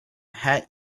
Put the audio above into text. hat